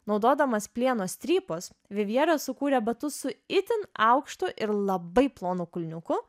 naudodamas plieno strypus vivjeras sukūrė batus su itin aukštu ir labai plonu kulniuku